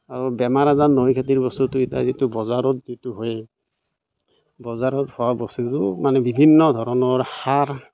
আৰু বেমাৰ আজাৰ নহয় খেতিৰ বস্তুটো এতিয়া যিটো বজাৰত যিটো হয়ে বজাৰত হোৱা বস্তুটো মানে বিভিন্ন ধৰণৰ সাৰ